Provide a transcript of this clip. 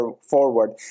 forward